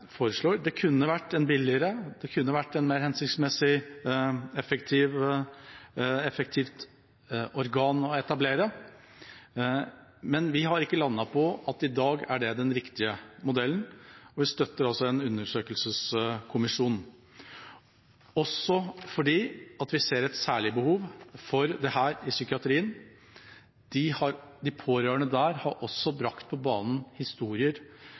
foreslår, kunne vært et billigere, mer hensiktsmessig, effektivt organ å etablere, men vi har ikke landet på at det er den riktige modellen i dag. Vi støtter altså en undersøkelseskommisjon. Det er også fordi vi ser et særlig behov for dette i psykiatrien. De pårørende der har brakt på banen historier